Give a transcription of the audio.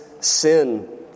sin